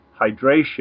hydration